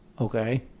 Okay